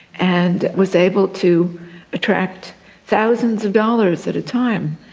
and was able to attract thousands of dollars at a time.